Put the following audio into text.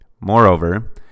Moreover